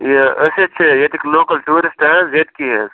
یہ أسۍ حظ چھِ ییٚتِکۍ لوکل ٹوٗرسٹ حَظ ییٚتکی حظ